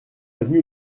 avenue